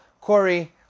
Corey